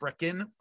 freaking